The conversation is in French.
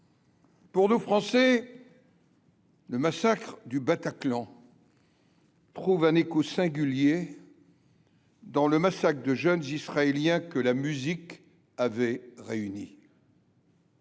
pour nous, Français, le massacre du Bataclan trouve un écho singulier dans le massacre de jeunes Israéliens que la musique avait réunis.